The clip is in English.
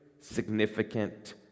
significant